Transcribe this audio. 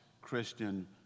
Christian